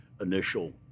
initial